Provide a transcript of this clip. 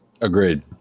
Agreed